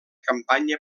campanya